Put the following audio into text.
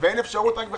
ואין אפשרות, רק בחקיקה?